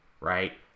right